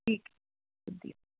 ਠੀਕ ਵਧੀਆ